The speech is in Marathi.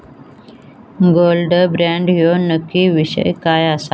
गोल्ड बॉण्ड ह्यो नक्की विषय काय आसा?